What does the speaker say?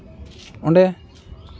ᱚᱸᱰᱮ